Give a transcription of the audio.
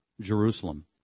Jerusalem